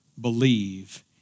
believe